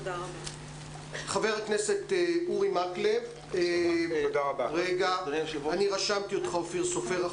חבר הכנסת אורי מקלב ואחריו אופיר סופר.